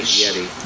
yeti